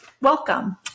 welcome